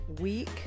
week